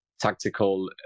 tactical